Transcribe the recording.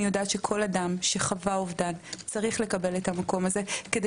אני יודעת שכל אדם שחווה אובדן צריך לקבל את המקום הזה כדי